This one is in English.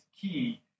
key